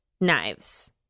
knives